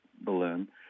balloon